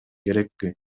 керекпи